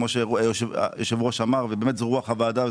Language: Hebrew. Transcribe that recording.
וכמו שאמר היושב ראש זאת רוח הוועדה,